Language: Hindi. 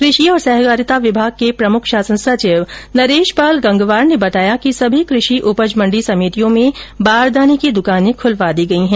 कृषि और सहकारिता विभाग के प्रमुख शासन सचिव नरेशपाल गंगवार ने बताया कि सभी कृषि उपज मंडी समितियों में बारदाने की दुकानें खूलवा दी गई हैं